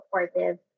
supportive